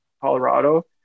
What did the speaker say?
Colorado